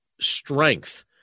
strength